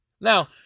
Now